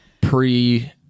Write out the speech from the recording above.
pre